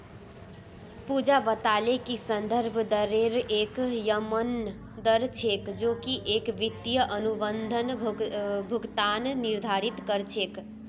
पूजा बताले कि संदर्भ दरेर एक यममन दर छेक जो की एक वित्तीय अनुबंधत भुगतान निर्धारित कर छेक